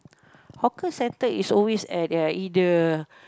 hawker centre is always at ya either